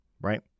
right